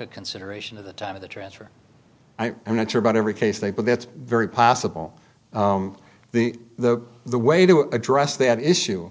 of consideration at the time of the transfer i'm not sure but every case they put that's very possible the the the way to address that issue